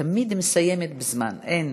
את תמיד מסיימת בזמן, אין.